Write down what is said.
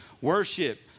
worship